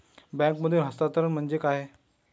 बँकांमधील हस्तांतरण म्हणजे काय?